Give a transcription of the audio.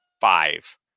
five